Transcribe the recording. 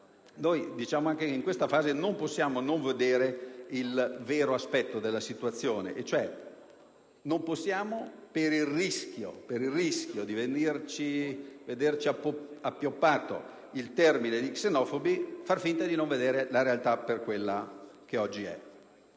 Diciamo che in questa fase non possiamo non vedere il vero aspetto della situazione, cioè per il rischio di vederci appioppato il termine di xenofobi non possiamo far finta di non vedere la realtà per quella che oggi è.